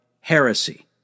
heresy